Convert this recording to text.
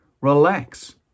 Relax